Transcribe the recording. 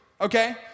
okay